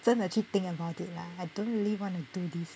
真的去 think about it lah I don't really want to do this